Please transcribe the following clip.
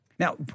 Now